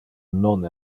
non